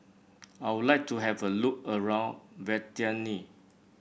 I would like to have a look around Vientiane